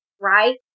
right